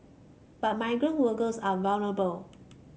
but migrant workers are vulnerable